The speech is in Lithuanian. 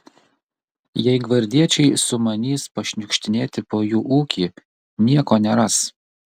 jei gvardiečiai sumanys pašniukštinėti po jų ūkį nieko neras